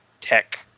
tech